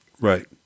Right